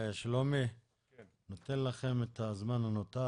שלומי, אני נותן לכם את הזמן הנותר,